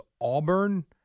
Auburn